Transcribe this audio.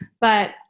but-